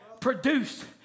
produced